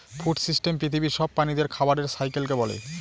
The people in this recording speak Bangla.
ফুড সিস্টেম পৃথিবীর সব প্রাণীদের খাবারের সাইকেলকে বলে